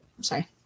Sorry